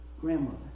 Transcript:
grandmother